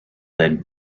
then